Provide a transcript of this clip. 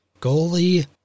goalie